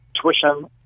tuition